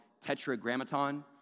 Tetragrammaton